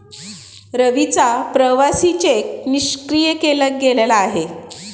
रवीचा प्रवासी चेक निष्क्रिय केला गेलेला आहे